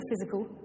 physical